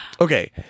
okay